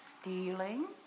stealing